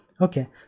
Okay